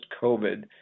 COVID